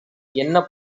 என்ன